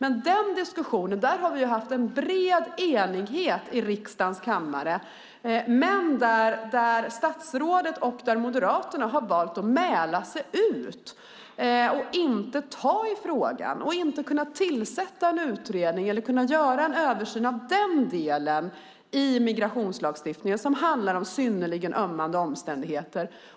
I den diskussionen har vi haft en bred enighet i riksdagens kammare. Men statsrådet och Moderaterna har valt att mäla sig ut och inte ta i frågan. Man har valt att inte tillsätta en utredning eller att göra en översyn av den delen i migrationslagstiftningen som handlar om synnerligen ömmande omständigheter.